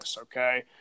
okay